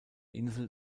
insel